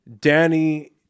Danny